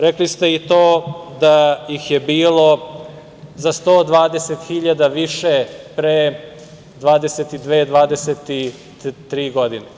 Rekli ste i to da ih je bilo za 120 hiljada više pre 22, 23 godine.